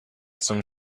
zum